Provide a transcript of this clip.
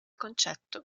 concetto